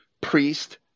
priest